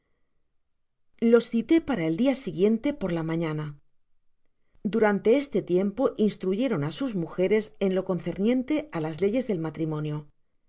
los cité para el dia siguiente por la mañana durante este tiempo instruyeron á sus mujeres en lo concerniente á las leyes del matrimonio